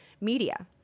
media